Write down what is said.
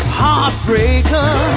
heartbreaker